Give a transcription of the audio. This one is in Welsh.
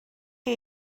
chi